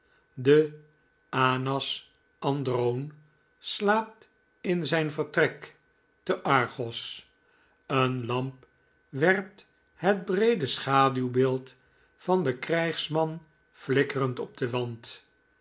de fotx xvpcsv slaapt in zijn vertrek te argos een lamp werpt het breede schaduwbeeld van den krijgsman flikkerend op den wand